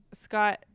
Scott